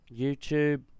YouTube